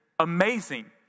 Amazing